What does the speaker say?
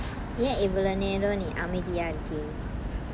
ஏன் இவ்வளவு நேரம் நீ அமைதியா இருக்கி:ean ivvalavu neram nee amaithiya irukki